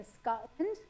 Scotland